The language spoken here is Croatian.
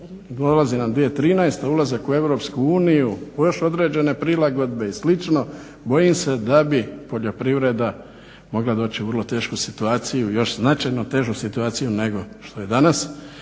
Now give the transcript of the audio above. dolazi nam 2013.ulazak u EU uz još određene prilagodbe i slično bojim se da bi poljoprivreda mogla doći u vrlo tešku situaciju još značajno težu situaciju nego što je danas